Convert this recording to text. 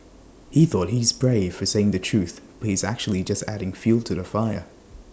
he thought he's brave for saying the truth but he's actually just adding fuel to the fire